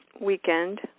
weekend